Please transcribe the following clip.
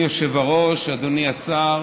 אדוני היושב-ראש, אדוני השר